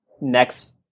next